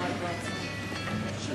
אפשר